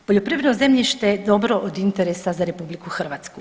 Poljoprivredno zemljište je dobro od interesa za RH.